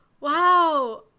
wow